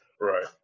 right